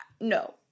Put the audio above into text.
No